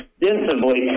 extensively